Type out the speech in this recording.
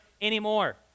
anymore